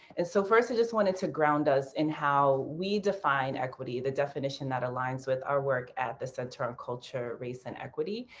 and so first i just wanted to ground us in how we define equity, the definition that aligns with our work at the center on culture, race and equity.